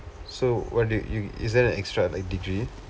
so what did you is that an extra like degree